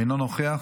אינו נוכח.